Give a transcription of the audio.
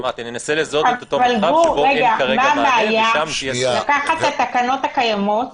מה הבעיה לקחת את התקנון הקיימות